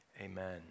Amen